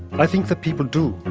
i think that people do.